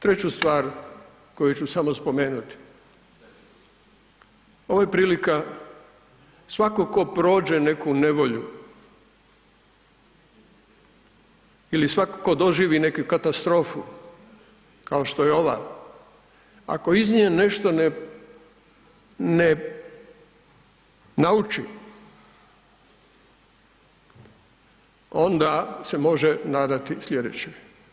Treću stvar koju ću samo spomenuti, ovo je prilika svakog tko prođe neku nevolju ili svako tko doživi neku katastrofu kao što je ova, ako iz nje nešto ne, ne nauči onda se može nadati sljedećoj.